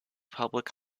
public